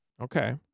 Okay